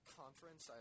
conference